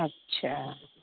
اچھا